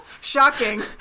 shocking